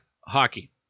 hockey